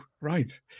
right